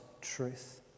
truth